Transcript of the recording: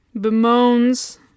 bemoans